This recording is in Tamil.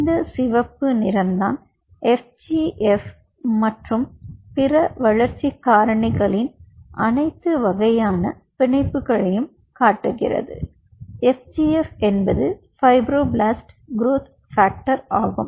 இந்த சிவப்பு நிறம் தான் எஃப்ஜிஎஃப் மற்றும் பிற வளர்ச்சி காரணிகளின் அனைத்து வகையான பிணைப்புகளையும் காட்டுகிறது